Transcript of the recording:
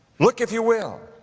look if you will,